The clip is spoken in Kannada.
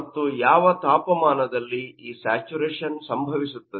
ಮತ್ತು ಯಾವ ತಾಪಮಾನದಲ್ಲಿ ಈ ಸ್ಯಾಚುರೇಶನ್ ಸಂಭವಿಸುತ್ತದೆ